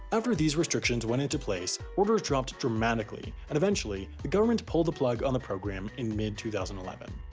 after these restrictions went into place, orders dropped dramatically and, eventually, the government pulled the plug on the program in mid two thousand and eleven.